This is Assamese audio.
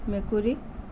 মেকুৰী